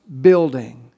building